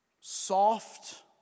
soft